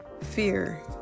fear